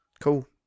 Cool